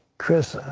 chris,